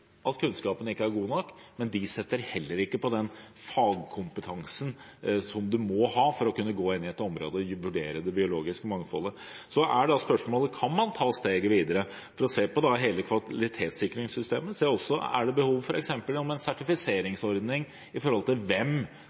at kunnskapen ikke er god nok. Man sitter heller ikke på den fagkompetansen man må ha for å kunne gå inn i et område og vurdere det biologiske mangfoldet. Så er da spørsmålet: Kan man ta steget videre for å se på hele kvalitetssikringssystemet? Er det behov f.eks. for en sertifiseringsordning når det gjelder hvem